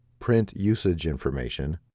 print usage information,